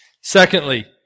Secondly